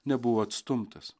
nebuvo atstumtas